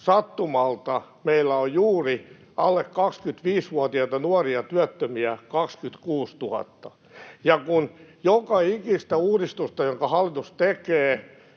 sattumalta meillä on juuri alle 25-vuotiaita nuoria työttömiä 26 000. Ja joka ikistä tällaista uudistusta — jonka hallitus tekee